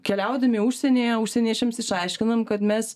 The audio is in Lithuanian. keliaudami užsienyje užsieniečiams išaiškinam kad mes